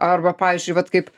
arba pavyzdžiui vat kaip